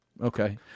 Okay